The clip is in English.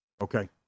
Okay